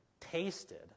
tasted